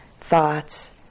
thoughts